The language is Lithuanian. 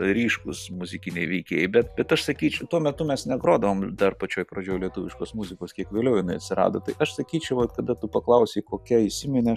ryškūs muzikiniai veikėjai bet bet aš sakyč tuo metu mes neatrodavom dar pačioj pradžioj lietuviškos muzikos kiek vėliau jinai atsirado tai aš sakyčiau va kada tu paklausei kokia įsiminė